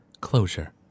closure